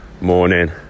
morning